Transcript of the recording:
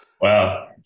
Wow